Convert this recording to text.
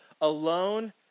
alone